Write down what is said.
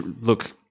Look